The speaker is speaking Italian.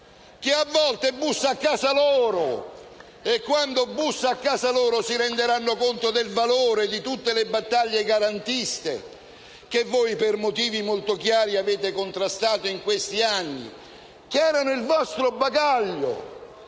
senatore D'Ambrosio Lettieri)*. E, quando busserà a casa loro, si renderanno conto del valore di tutte le battaglie garantiste che voi, per motivi molto chiari, avete contrastato in questi anni e che erano il vostro bagaglio,